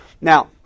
Now